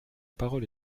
parole